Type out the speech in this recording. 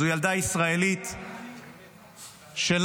זו ילדה ישראלית שלנו,